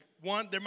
one